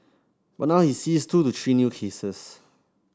but now he sees two to three new cases